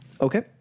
Okay